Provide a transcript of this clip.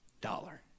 dollar